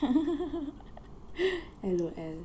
L_O_L